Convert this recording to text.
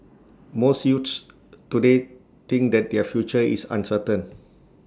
most youths today think that their future is uncertain